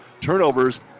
Turnovers